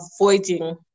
avoiding